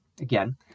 Again